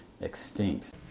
extinct